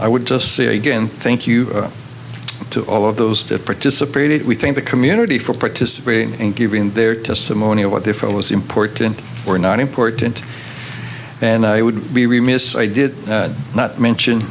i would just say again thank you to all of those that participated we think the community for participating and giving their testimony of what they felt was important or not important and i would be remiss i did not mention